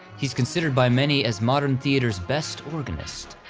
he's considered by many as modern theater's best organist,